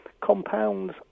compounds